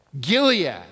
Gilead